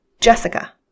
Jessica